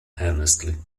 earnestly